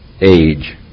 age